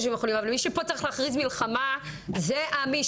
שהם יכולים אבל מי שפה צריך להכריז מלחמה זה המשטרה.